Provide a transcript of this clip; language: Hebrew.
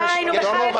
אתה דחית, לא הליכוד.